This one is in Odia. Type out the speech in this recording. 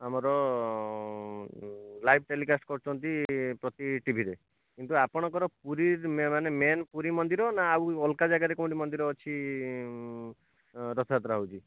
ଆମର ଲାଇଭ୍ ଟେଲିକାଷ୍ଟ କରୁଛନ୍ତି ପ୍ରତି ଟିଭିରେ କିନ୍ତୁ ଆପଣଙ୍କର ପୁରୀ ମାନେ ମେନ୍ ପୁରୀ ମନ୍ଦିର ନା ଆଉ ଅଲଗା ଜାଗାରେ କେଉଁଠି ମନ୍ଦିର ଅଛି ରଥଯାତ୍ରା ହେଉଛି